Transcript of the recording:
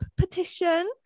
petition